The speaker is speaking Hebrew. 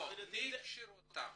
מי הכשיר אותם?